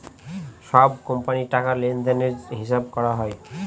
সব কোম্পানির টাকা লেনদেনের হিসাব করা হয়